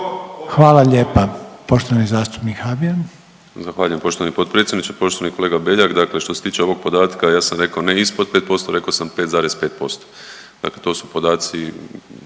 hvala lijepa. Poštovani zastupnik Habijan. **Habijan, Damir (HDZ)** Zahvaljujem poštovani potpredsjedniče. Poštovani kolega Beljak dakle što se tiče ovog podatka, ja sam rekao na ispod 5%, rekao sam 5,5%. Dakle, to su podaci